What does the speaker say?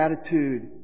attitude